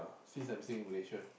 since I'm staying in Malaysia